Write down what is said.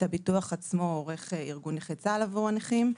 את הביטוח עצמו עורך ארגון נכי צה"ל עבור הנכים.